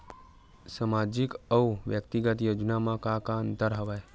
सामाजिक अउ व्यक्तिगत योजना म का का अंतर हवय?